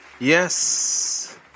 yes